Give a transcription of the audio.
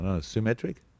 symmetric